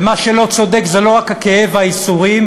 ומה שלא צודק זה לא רק הכאב והייסורים,